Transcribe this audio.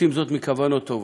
עושים זאת מכוונות טובות.